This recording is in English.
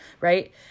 right